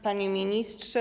Panie Ministrze!